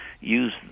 use